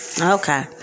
Okay